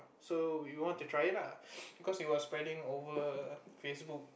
so we want to try it lah cause it was spreading over Facebook